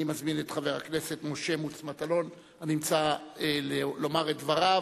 אני מזמין את חבר הכנסת משה מוץ מטלון לומר את דבריו.